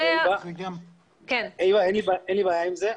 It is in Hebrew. אין לי בעיה עם זה.